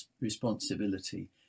responsibility